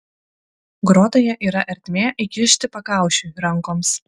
grotoje yra ertmė įkišti pakaušiui rankoms